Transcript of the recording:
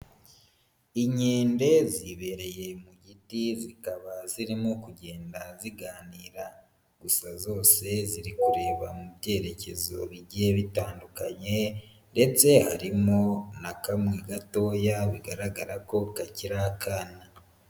Inkende zibereye mu giti, zikaba zirimo kugenda ziganira, gusa zose ziri kureba mu byerekezo bigiye bitandukanye, ndetse harimo na kamwe gatoya bigaragara ko kakiri akana.